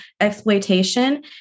exploitation